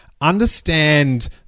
understand